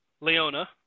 Leona